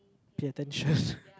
pay attention